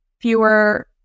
fewer